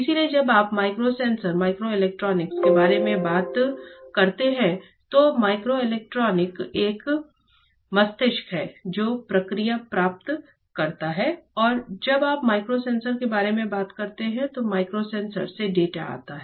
इसलिए जब आप माइक्रो सेंसर माइक्रोइलेक्ट्रॉनिक के बारे में बात करते हैं तो माइक्रोइलेक्ट्रॉनिक एक मस्तिष्क है जो प्रक्रिया प्राप्त करता है और जब आप माइक्रो सेंसर के बारे में बात करते हैं तो माइक्रो सेंसर से डेटा आता है